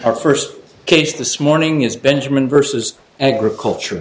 our first case this morning is benjamin versus an agriculture